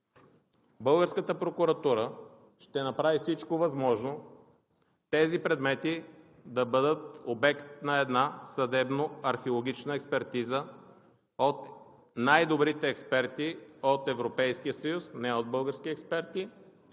българската прокуратура ще направи всичко възможно тези предмети да бъдат обект на съдебно-археологична експертиза от най-добрите експерти от Европейския съюз – не от български експерти,